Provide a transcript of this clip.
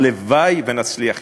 והלוואי שנצליח יותר.